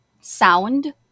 sound